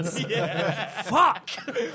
Fuck